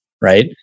right